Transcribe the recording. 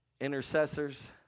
intercessors